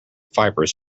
fibres